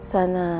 Sana